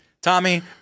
Tommy